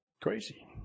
Crazy